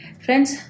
Friends